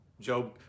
Job